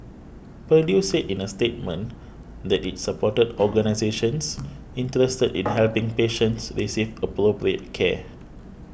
purdue said in a statement that it supported organisations interested in helping patients receive appropriate care